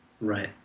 Right